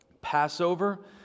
Passover